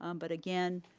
um but again,